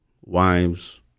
wives